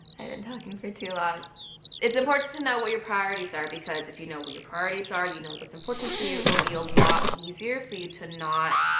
i've been talking for too long it's important to know what your priorities are because if you know what your priorities are, you know what's important to you it will be a lot easier for you to not.